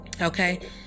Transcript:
Okay